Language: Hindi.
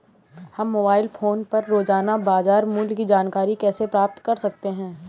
हम मोबाइल फोन पर रोजाना बाजार मूल्य की जानकारी कैसे प्राप्त कर सकते हैं?